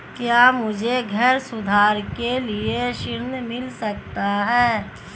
क्या मुझे घर सुधार के लिए ऋण मिल सकता है?